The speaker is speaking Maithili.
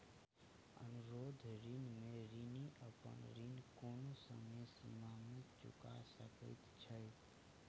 अनुरोध ऋण में ऋणी अपन ऋण कोनो समय सीमा में चूका सकैत छै